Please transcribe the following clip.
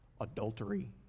adultery